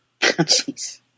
Jeez